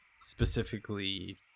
specifically